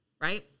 Right